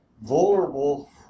Vulnerable